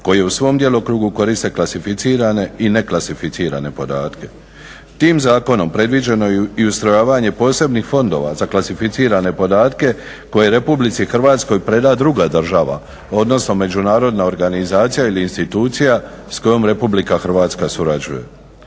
koje u svom djelokrugu koriste klasificirane i neklasificirane podatke. Tim zakonom predviđeno je i ustrojavanje posebnih fondova za klasificirane podatke koje RH preda druga država odnosno međunarodna organizacija ili institucija s kojom RH surađuje.